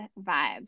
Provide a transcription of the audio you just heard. vibes